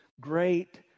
great